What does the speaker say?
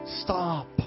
stop